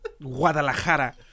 Guadalajara